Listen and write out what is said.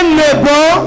neighbor